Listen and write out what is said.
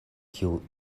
kiu